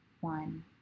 one